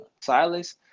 Silas